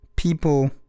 people